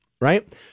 right